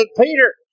Peter